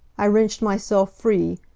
i wrenched myself free,